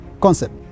concept